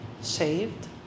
saved